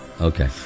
Okay